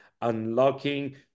Unlocking